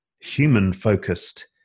human-focused